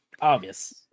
Obvious